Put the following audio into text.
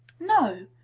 no.